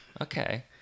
Okay